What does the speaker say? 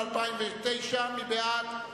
הוועדה, על תקציב 2009. מי בעד?